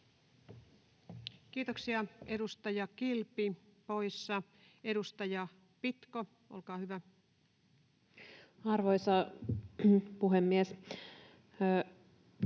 Kiitoksia. — Edustaja Kilpi poissa. — Edustaja Pitko, olkaa hyvä. [Speech